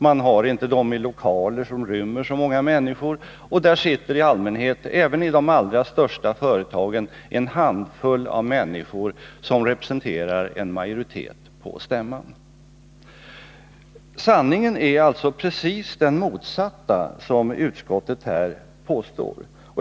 Man har inte stämmorna i lokaler som rymmer så många människor, och där sitter i allmänhet — även i de allra största företagen — en handfull människor som representerar en majoritet på stämman. Sanningen är alltså precis den motsatta mot vad utskottet här påstår.